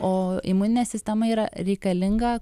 o imuninė sistema yra reikalinga